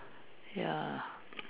ya